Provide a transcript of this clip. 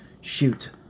Shoot